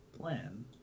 Plan